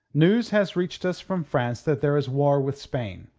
news has reached us from france that there is war with spain.